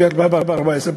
ב-2014,